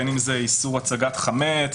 בין אם זה איסור הגשת חמץ,